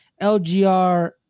LGR